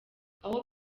aho